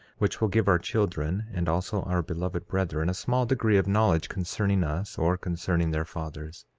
which will give our children, and also our beloved brethren, a small degree of knowledge concerning us, or concerning their fathers